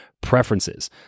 preferences